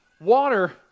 Water